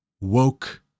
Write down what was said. woke